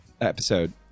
episode